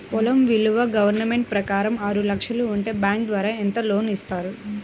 పొలం విలువ గవర్నమెంట్ ప్రకారం ఆరు లక్షలు ఉంటే బ్యాంకు ద్వారా ఎంత లోన్ ఇస్తారు?